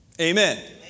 Amen